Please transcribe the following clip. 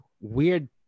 weird